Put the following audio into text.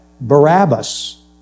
Barabbas